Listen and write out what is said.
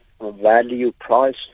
value-price